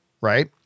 right